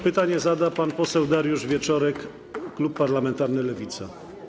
Pytanie zada pan poseł Dariusz Wieczorek, klub parlamentarny Lewica.